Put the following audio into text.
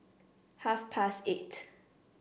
half past eight